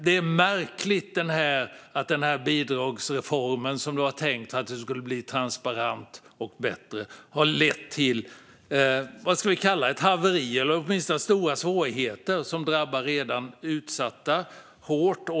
Det är märkligt att den här bidragsreformen, som var tänkt att göra det transparent och bättre, har lett till vad vi kan kalla ett haveri eller åtminstone stora svårigheter och drabbar redan utsatta hårt.